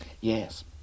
Yes